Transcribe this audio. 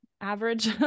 average